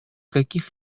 каких